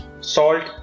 salt